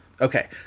Okay